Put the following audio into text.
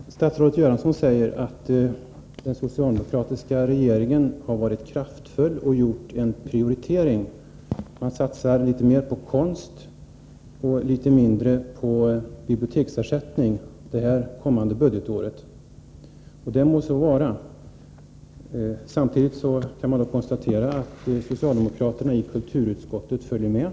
Fru talman! Statsrådet Göransson säger att den socialdemokratiska regeringen har varit kraftfull och gjort en prioritering. Man satsar litet mer på konst och litet mindre på biblioteksersättning det kommande budgetåret, och det må så vara. Det kan samtidigt konstateras att socialdemokraterna i kulturutskottet följer med.